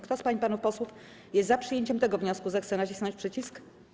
Kto z pań i panów posłów jest za przyjęciem tego wniosku, zechce nacisnąć przycisk.